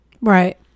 Right